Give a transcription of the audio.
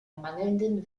mangelnden